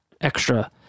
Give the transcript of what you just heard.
extra